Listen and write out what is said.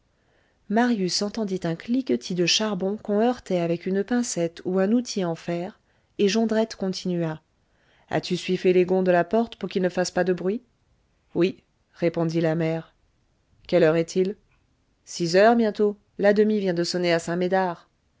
marius entendit un cliquetis de charbon qu'on heurtait avec une pincette ou un outil en fer et jondrette continua as-tu suifé les gonds de la porte pour qu'ils ne fassent pas de bruit oui répondit la mère quelle heure est-il six heures bientôt la demie vient de sonner à saint-médard